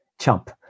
chump